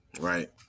right